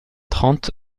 trente